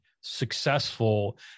successful